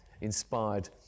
inspired